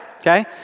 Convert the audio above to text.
okay